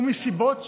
ומסיבות שונות,